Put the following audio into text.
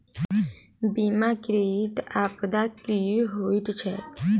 बीमाकृत आपदा की होइत छैक?